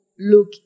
Look